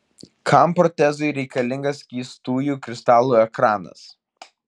kam protezui reikalingas skystųjų kristalų ekranas